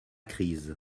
crise